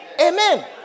Amen